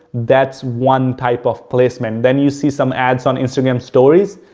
that's one type of placement. then you see some ads on instagram stories,